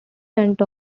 went